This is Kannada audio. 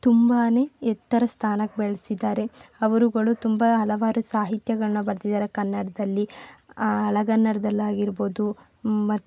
ತುಂಬಾನೆ ಎತ್ತರ ಸ್ಥಾನಕ್ಕೆ ಬೆಳ್ಸಿದ್ದಾರೆ ಅವರುಗಳು ತುಂಬ ಹಲವಾರು ಸಾಹಿತ್ಯಗಳನ್ನ ಬರೆದಿದ್ದಾರೆ ಕನ್ನಡದಲ್ಲಿ ಹಳೆಗನ್ನಡದಲ್ಲಿ ಆಗಿರಬೋದು ಮತ್ತು